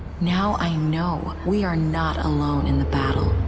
now i know we are not alone in the battle.